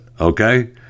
Okay